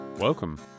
Welcome